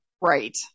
Right